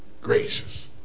gracious